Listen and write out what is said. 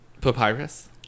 papyrus